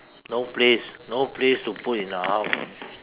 no place no place to put in the house